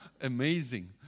Amazing